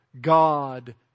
God